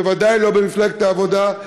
בוודאי לא במפלגת העבודה,